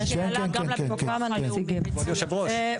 כבוד היו"ר,